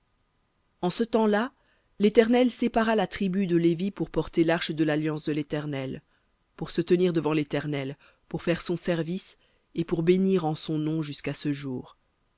en ce temps-là l'éternel sépara la tribu de lévi pour porter l'arche de l'alliance de l'éternel pour se tenir devant l'éternel pour faire son service et pour bénir en son nom jusqu'à ce jour